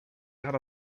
out